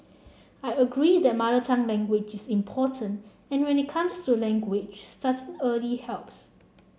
I agree that mother tongue language is important and when it comes to language starting early helps